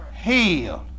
healed